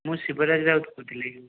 ମୁଁ ଶିବରାଜ ରାଉତ କହୁଥିଲି